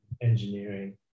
engineering